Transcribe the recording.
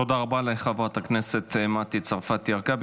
תודה רבה לחברת הכנסת מטי צרפתי הרכבי.